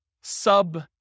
sub